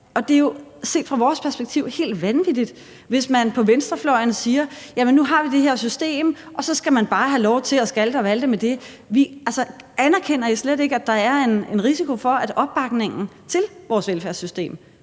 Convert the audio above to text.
og det er jo set fra vores perspektiv helt vanvittigt, hvis man på venstrefløjen siger, at nu har vi det her system, og så skal man bare have lov til at skalte og valte med det. Altså, anerkender I slet ikke, at der er en risiko for, at opbakningen til vores velfærdssystem